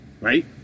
right